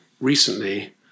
recently